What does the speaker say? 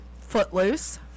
Footloose